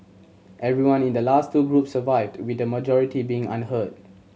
everyone in the last two groups survived with a majority being unhurt